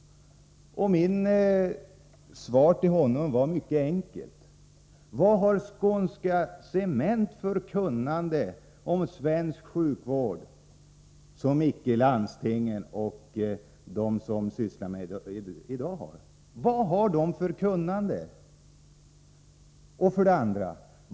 Det var mycket enkelt att ge besked, med följande motfrågor: 1. Vad har Skånska Cement för kunnande när det gäller svensk sjukvård som icke landstingen och de som i dag sysslar med vård har? 2.